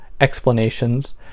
explanations